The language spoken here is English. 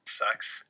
sucks